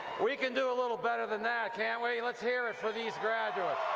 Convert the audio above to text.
we can do a little better than that can't we, let's hear it for these graduates